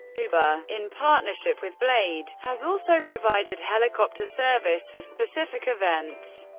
uber, in partnership with blade, has also provided helicopter service for specific events,